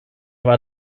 war